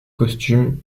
costumes